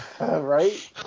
right